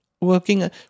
working